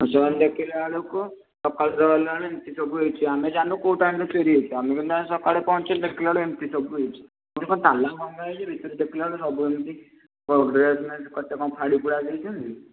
ହଁ ସେମାନେ ଦେଖିଲା ବେଳକୁ ସକାଳ ତ ହେଲାଣି ଏମତି ସବୁ ହେଇଛି ଆମେ ଜାଣିନୁ କୋଉ ଟାଇମ୍ ରେ ଚୋରି ହେଇଛି ଆମେ କିନ୍ତୁ ଆଜି ସକାଳେ ପହଞ୍ଚି ଦେଖିଲା ବେଳକୁ ଏମିତି ସବୁ ହେଇଛି କ'ଣ ତାଲା ଭଙ୍ଗା ହେଇଛି ଭିତରେ ଦେଖିଲା ବେଳକୁ ସବୁ ଏମିତି କ'ଣ ଡ୍ରେସ୍ ମେସ୍ କେତେ କ'ଣ ଫାଡ଼ିଫୁଡ଼ା ଦେଇଛନ୍ତି